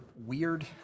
weird